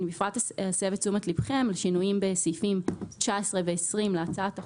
אני אסב את תשומת ליבכם לשינויים בסעיפים 19 ו-20 להצעת החוק,